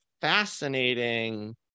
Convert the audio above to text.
fascinating